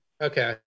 Okay